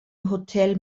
hotel